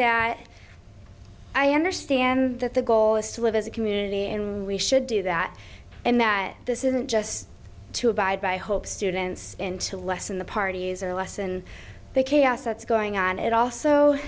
that i understand that the goal is to live as a community and we should do that and that this isn't just to abide by hope students in to lessen the parties or lessen the chaos that's going on it also